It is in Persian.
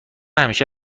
همیشه